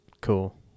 Cool